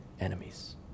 enemies